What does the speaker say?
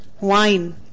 wine